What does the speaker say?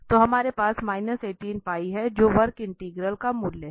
तो हमारे पास है जो वक्र इंटीग्रल का मूल्य है